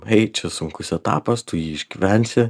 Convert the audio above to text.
ei čia sunkus etapas tu jį išgyvensi